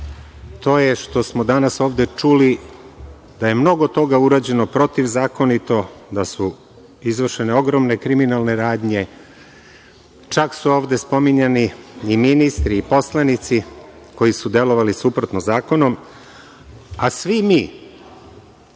to je što smo danas ovde čuli da je mnogo toga urađeno protivzakonito, da su izvršene ogromne kriminalne radnje, čak su ovde spominjani i ministri i poslanici koji su delovali suprotno zakonom. A svi mi,